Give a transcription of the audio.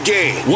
Game